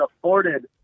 afforded